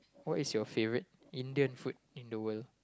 what is your favourite Indian food in the world